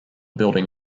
building